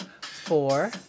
four